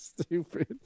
stupid